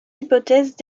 hypothèses